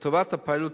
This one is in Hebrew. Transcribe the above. לטובת הפיילוט